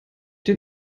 den